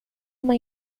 uma